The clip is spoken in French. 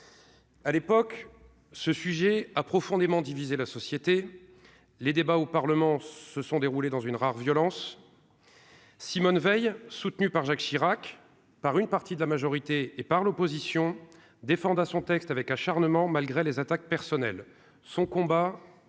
à l'époque, ce sujet a profondément divisé la société les débats au Parlement, se sont déroulées dans une rare violence, Simone Veil, soutenu par Jacques Chirac, par une partie de la majorité et par l'opposition, défendra son texte avec acharnement, malgré les attaques personnelles, son combat,